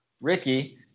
Ricky